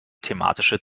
thematische